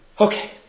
Okay